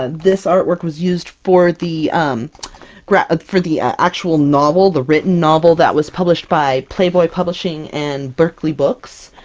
and this artwork was used for the um gra for the actual novel. the written novel, that was published by playboy publishing and berkley books.